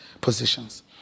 positions